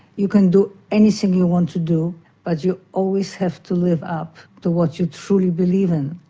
you can do anything you want to do but you always have to live up to what you truly believe in.